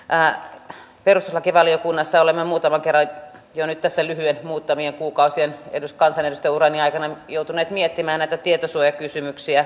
perustuslakivaliokunnassa olemme muutaman kerran jo nyt tässä lyhyen muutamien kuukausien kansanedustajaurani aikana joutuneet miettimään näitä tietosuojakysymyksiä